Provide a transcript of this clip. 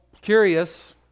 curious